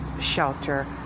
Shelter